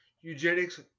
Eugenics